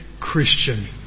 Christian